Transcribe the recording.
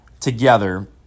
together